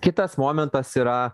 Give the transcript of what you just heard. kitas momentas yra